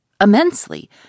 Immensely